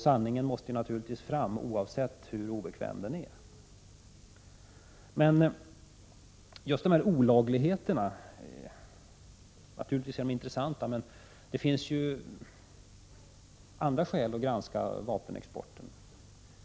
Sanningen måste fram, hur obekväm den än är. Olagligheterna är naturligtvis intressanta, men det finns andra skäl att granska vapenexporten.